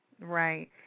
Right